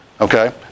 Okay